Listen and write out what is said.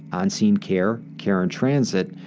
on-scene care, care in transit,